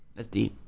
that's deep.